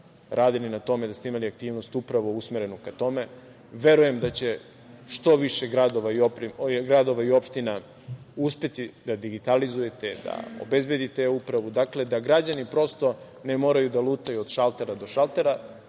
radili na tome, da ste imali aktivnost upravo usmerenu ka tome. Verujem da ćete u što više gradova i opština uspeti da digitalizujete, da obezbedite e-upravu, da građani prosto ne moraju da lutaju od šaltera do šaltera,